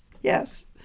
Yes